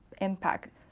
impact